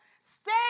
stay